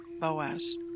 Boaz